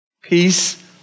Peace